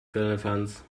firlefanz